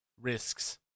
Risks